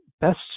best